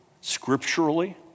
scripturally